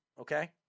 Okay